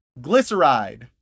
Glyceride